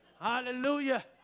hallelujah